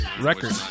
record